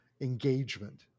engagement